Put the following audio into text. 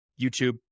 YouTube